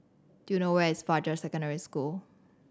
do you know where is Fajar Secondary School